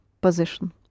position